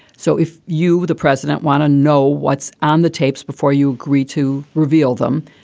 so if you, the president want to know what's on the tapes before you agree to reveal them,